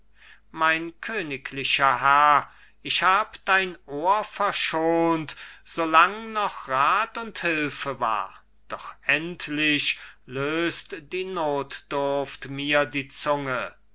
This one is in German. mein königlicher herr ich hab dein ohr verschont solang noch rat und hülfe war doch endlich löst die notdurft mir die zunge